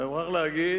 ואני מוכרח להגיד